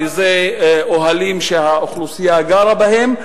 וזה אוהלים שהאוכלוסייה גרה בהם,